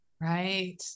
right